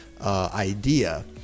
idea